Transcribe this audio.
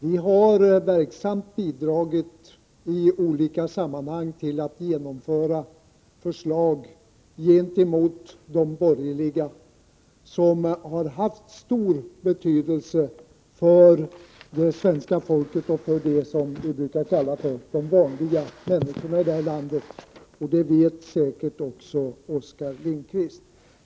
Vi har verksamt bidragit i olika sammanhang till att genomföra förslag gentemot de borgerliga som har haft stor betydelse för det svenska folket, för dem som vi brukar kalla för de vanliga människorna i det här landet. Det vet säkert också Oskar Lindkvist.